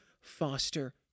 foster